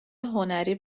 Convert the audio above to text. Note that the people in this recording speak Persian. هنری